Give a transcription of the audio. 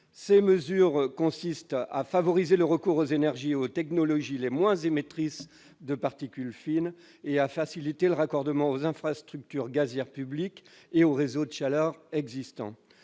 Ces mesures consistent à favoriser le recours aux énergies et aux technologies les moins émettrices de particules fines et à faciliter le raccordement aux infrastructures gazières publiques et aux réseaux de chaleur existants.